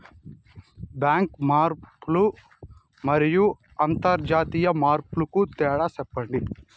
Bank మార్పులు మరియు అంతర్జాతీయ మార్పుల కు తేడాలు సెప్పండి?